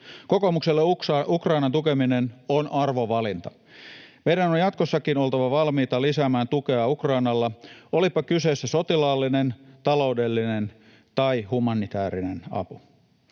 Kokoomukselle Ukrainan tukeminen on arvovalinta. Meidän on jatkossakin oltava valmiita lisäämään tukea Ukrainalle, olipa kyseessä sotilaallinen, taloudellinen tai humanitaarinen apu.